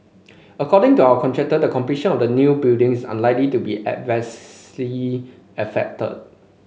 according to our contractor the completion of the new buildings is unlikely to be adversely affected